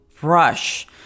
brush